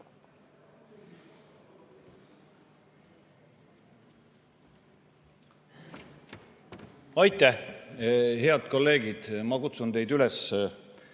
Aitäh! Head kolleegid! Ma kutsun teid üles